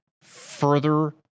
Further